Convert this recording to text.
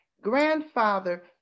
grandfather